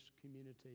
community